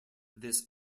this